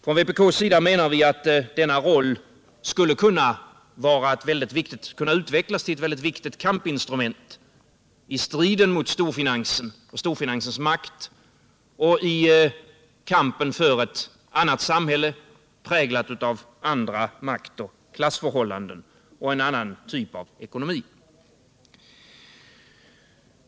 Från vpk:s sida menar vi att denna roll skulle kunna utvecklas till ett väldigt viktigt kampinstrument i striden mot storfinansens makt och i kampen för ett samhälle, präglat av andra klassförhållanden och en annan typ av ekonomi.